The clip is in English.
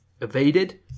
Evaded